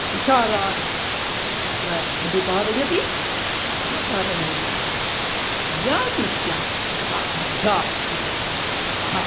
विचारान् तत्र प्रतिपादयति तेन कारणेन तया दृष्ट्या सा मध्या इति वक्तुं शक्नुमः